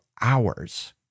hours